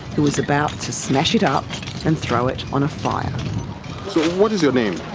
who was about to smash it up and throw it on a fire. so what is your name?